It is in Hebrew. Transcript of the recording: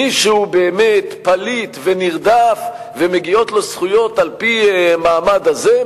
מי שהוא באמת פליט ונרדף ומגיעות לו זכויות על-פי המעמד הזה,